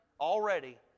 already